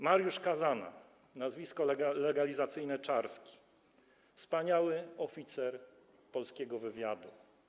Mariusz Kazana, nazwisko legalizacyjne: Czarski, wspaniały oficer polskiego wywiadu.